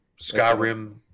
Skyrim